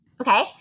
Okay